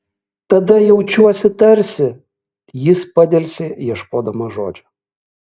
tada jaučiuosi tarsi jis padelsė ieškodamas žodžių